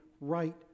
right